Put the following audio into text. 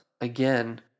again